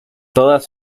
todas